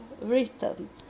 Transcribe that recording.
written